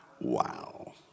Wow